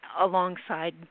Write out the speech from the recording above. alongside